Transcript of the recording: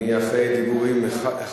אנחנו נעשה מה שאפשר.